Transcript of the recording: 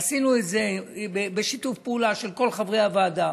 עשינו את זה בשיתוף פעולה של כל חברי הוועדה,